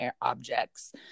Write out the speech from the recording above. objects